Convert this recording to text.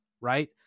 right